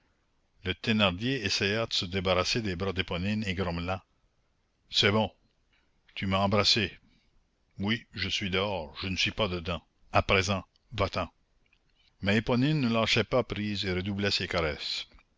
le thénardier essaya de se débarrasser des bras d'éponine et grommela c'est bon tu m'as embrassé oui je suis dehors je ne suis pas dedans à présent va-t'en mais éponine ne lâchait pas prise et redoublait ses caresses